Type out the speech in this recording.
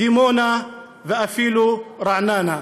דימונה ואפילו רעננה.